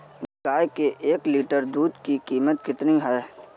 गाय के एक लीटर दूध की कीमत कितनी है?